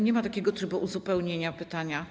Nie ma takiego trybu: uzupełnienie pytania.